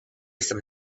some